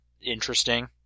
interesting